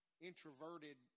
introverted